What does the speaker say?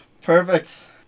Perfect